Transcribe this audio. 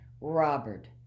Robert